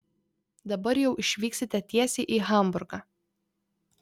dabar jau išvyksite tiesiai į hamburgą